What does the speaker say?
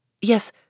yes